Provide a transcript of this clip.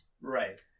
Right